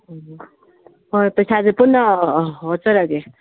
ꯍꯣꯏ ꯄꯩꯁꯥꯁꯦ ꯄꯨꯟꯅ ꯍꯣꯠꯆꯔꯒꯦ